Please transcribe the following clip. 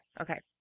Okay